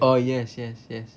oh yes yes yes